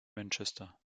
manchester